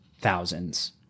thousands